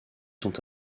sont